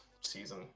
season